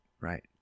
right